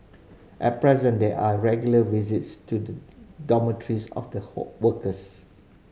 at present there are regular visits to the dormitories of the workers